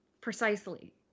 Precisely